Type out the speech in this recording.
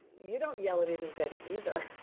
you don't yell at anybody either.